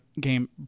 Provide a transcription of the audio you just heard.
game